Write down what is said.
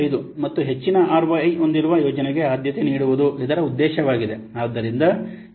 5 ಮತ್ತು ಹೆಚ್ಚಿನ ಆರ್ಒಐ ಹೊಂದಿರುವ ಯೋಜನೆಗೆ ಆದ್ಯತೆ ನೀಡುವುದು ಇದರ ಉದ್ದೇಶವಾಗಿದೆ